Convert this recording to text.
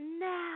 now